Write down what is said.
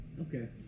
Okay